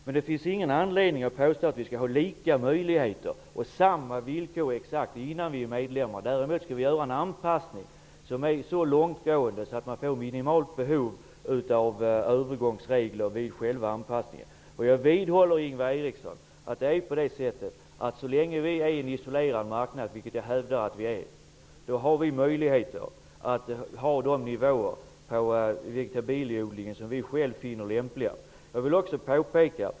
Men det finns ingen anledning att påstå att vi skall ha lika möjligheter och samma villkor innan Sverige blir medlem. Däremot skall vi göra en anpassning som är så långtgående att det blir ett minimalt behov av övergångsregler vid själva inträdet. Jag vidhåller, Ingvar Eriksson, att så länge Sverige utgör en isolerad marknad, har vi möjlighet att hålla oss på de nivåer på vegetabilieodlingen som vi själva finner lämpliga.